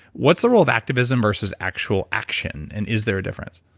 what's the role of activism versus actual action and is there a difference?